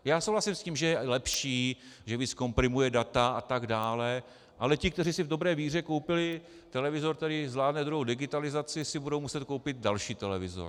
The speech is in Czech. Já souhlasím s tím, že je lepší, že víc komprimuje data a tak dále, ale ti, kteří si v dobré víře koupili televizor, který zvládne druhou digitalizaci, si budou muset koupit další televizor.